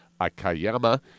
Akayama